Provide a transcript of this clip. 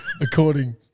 according